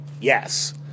Yes